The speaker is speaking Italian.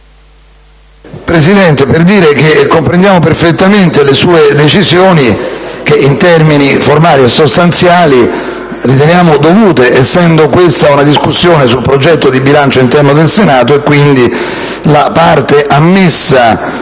Presidente, comprendiamo perfettamente le sue decisioni che, in termini formali e sostanziali, riteniamo dovute, essendo questa una discussione sul bilancio interno del Senato. La parte ammessa